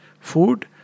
food